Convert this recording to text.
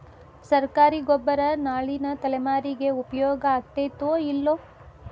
ಸರ್ಕಾರಿ ಗೊಬ್ಬರ ನಾಳಿನ ತಲೆಮಾರಿಗೆ ಉಪಯೋಗ ಆಗತೈತೋ, ಇಲ್ಲೋ?